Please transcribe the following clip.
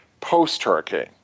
post-hurricane